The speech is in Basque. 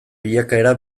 bilakaera